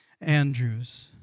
Andrews